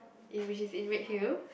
in which is in Redhill